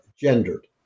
gendered